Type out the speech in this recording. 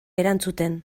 erantzuten